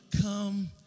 come